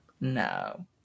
No